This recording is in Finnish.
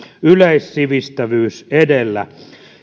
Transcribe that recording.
yleissivistävyys edellä